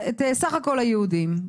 סך כול היהודים,